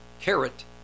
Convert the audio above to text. carrot